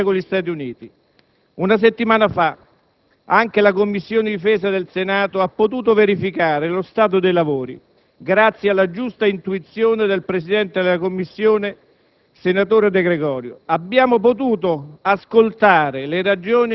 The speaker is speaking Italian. dall'altra, timidamente mantenere in vita il rapporto di amicizia con gli Stati Uniti. Una settimana fa anche la Commissione difesa del Senato ha potuto verificare lo stato dei lavori, grazie alla giusta intuizione del presidente della Commissione,